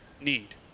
need